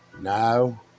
No